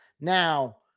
Now